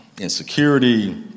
insecurity